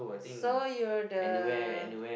so you're the